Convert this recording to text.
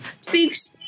Speaks